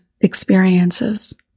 experiences